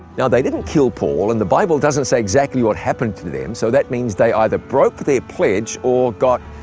now, they didn't kill paul, and the bible doesn't say exactly what happened to them, so that means they either broke their pledge or got.